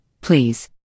please